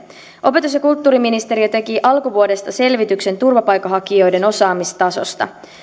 opetus ja kulttuuriministeriö teki alkuvuodesta selvityksen turvapaikanhakijoiden osaamistasosta